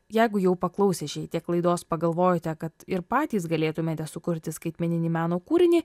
jeigu jau paklausę šiek tiek klaidos pagalvojote kad ir patys galėtumėte sukurti skaitmeninį meno kūrinį